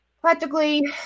Practically